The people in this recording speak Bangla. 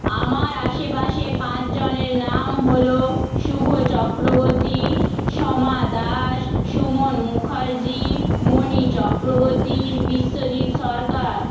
আমার আশেপাশে পাঁচ জনের নাম হলো শুভ চক্রবর্তী সোমা দাস সুমন মুখার্জি মণি চক্রবর্তী বিশ্বজিৎ সরকার